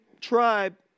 tribe